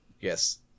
Yes